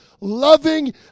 loving